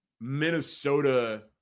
Minnesota